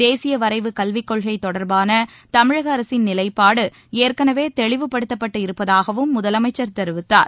தேசிய வரைவு கல்விக் கொள்கை தொடர்பாள தமிழக அரசின் நிலைப்பாடு ஏற்கனவே தெளிவுபடுத்தப்பட்டு இருப்பதாகவும் முதலமைச்சர் தெரிவித்தார்